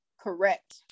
Correct